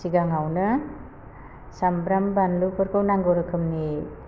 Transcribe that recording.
सिगाङावनो सामब्राम बानलुफोरखौ नांगौ रोखोमनि